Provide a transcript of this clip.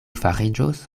fariĝos